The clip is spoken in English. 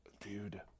dude